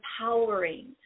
empowering